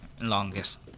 Longest